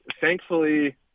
thankfully